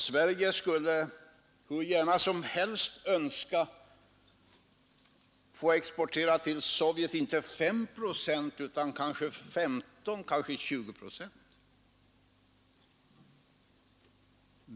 Sverige skulle hur gärna som helst önska få exportera till Sovjet inte 5 procent utan 15, kanske 20 procent.